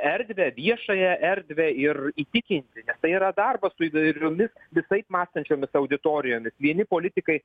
erdvę viešąją erdvę ir įtikinti tai yra darbas su įvairiomis visaip mąstančiomis auditorijomis vieni politikai